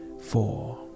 four